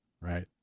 right